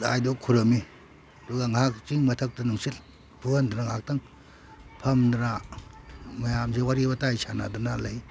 ꯂꯥꯏꯗꯨ ꯈꯨꯔꯝꯃꯤ ꯑꯗꯨꯒ ꯉꯥꯏꯍꯥꯛ ꯆꯤꯡ ꯃꯊꯛꯇꯨꯗ ꯅꯨꯡꯁꯤꯠ ꯐꯨꯍꯟꯗꯅ ꯉꯥꯛꯇꯪ ꯐꯝꯗꯅ ꯃꯌꯥꯝꯁꯤ ꯋꯥꯔꯤ ꯋꯇꯥꯏ ꯁꯥꯟꯅꯗꯅ ꯂꯩ